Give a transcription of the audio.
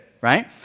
right